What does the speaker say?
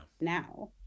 now